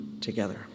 together